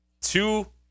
two